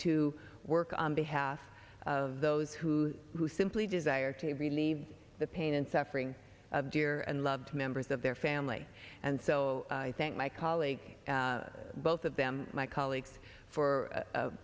to work on behalf of those who who simply desire to relieve the pain and suffering of dear and loved members of their family and sell i thank my colleague both of them my colleagues for